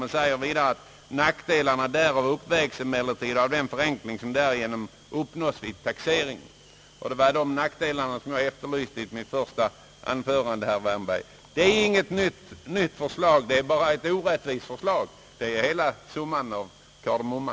och säger vidare: »Nackdelarna därav uppvägs emellertid av den förenkling, som därigenom uppnås vid taxeringen.» Det var dessa nackdelar som jag efterlyste i mitt första anförande, herr Wärnberg. Det är inget nytt förslag, det är bara ett orättvist förslag. Detta är summan av det hela.